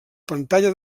pantalla